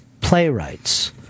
playwrights